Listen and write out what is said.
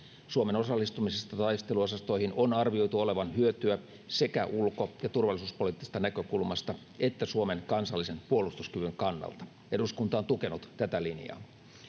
suomen osallistumisesta taisteluosastoihin on arvioitu olevan hyötyä sekä ulko ja turvallisuuspoliittisesta näkökulmasta että suomen kansallisen puolustuskyvyn kannalta eduskunta on tukenut tätä linjaa